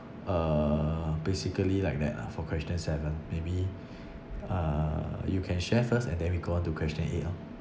uh basically like that lah for question seven maybe uh you can share first and then we go on to question eight lor